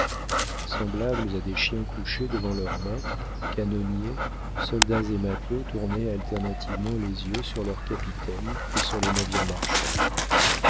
semblables à des chiens couchés devant leurs maîtres canonniers soldats et matelots tournaient alternativement les yeux sur leur capitaine et sur le navire marchand